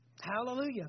Hallelujah